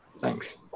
Thanks